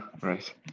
Right